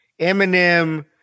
Eminem